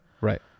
Right